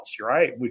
Right